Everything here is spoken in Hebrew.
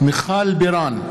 מיכל בירן,